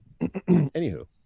Anywho